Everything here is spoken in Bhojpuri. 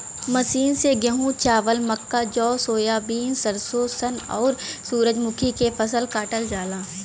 मशीन से गेंहू, चावल, मक्का, जौ, सोयाबीन, सरसों, सन, आउर सूरजमुखी के फसल काटल जाला